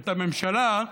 את הממשלה,